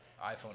iPhone